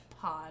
Pod